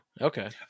okay